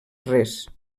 res